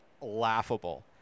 laughable